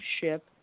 ship